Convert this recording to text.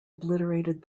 obliterated